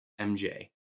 MJ